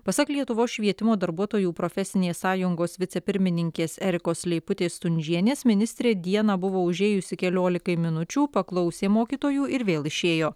pasak lietuvos švietimo darbuotojų profesinės sąjungos vicepirmininkės erikos leiputės stundžienės ministrė dieną buvo užėjusi keliolikai minučių paklausė mokytojų ir vėl išėjo